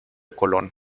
colón